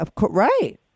right